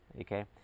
Okay